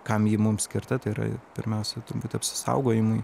kam ji mums skirta tai yra pirmiausiai turbūt apsisaugojimui